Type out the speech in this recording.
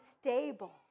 stable